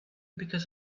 because